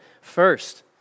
first